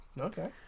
Okay